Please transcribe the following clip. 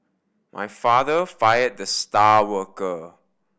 my father fired the star worker